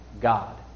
God